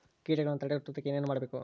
ಕೇಟಗಳನ್ನು ತಡೆಗಟ್ಟುವುದಕ್ಕೆ ಏನು ಮಾಡಬೇಕು?